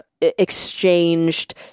exchanged